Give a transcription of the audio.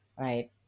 right